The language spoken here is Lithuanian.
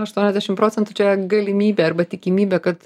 aštuoniasdešim procentų čia galimybė arba tikimybė kad